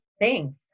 Thanks